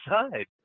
inside